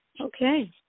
okay